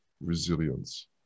resilience